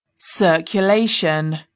Circulation